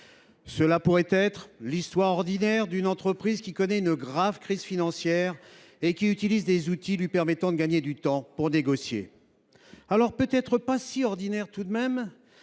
Cela pourrait être l’histoire ordinaire d’une entreprise qui connaît une grave crise financière et qui utilise des outils lui permettant de gagner du temps pour négocier. L’histoire n’est peut être toutefois